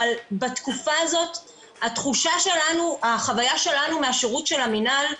אבל בתקופה הזאת החוויה שלנו מהשירות ש ל המינהל,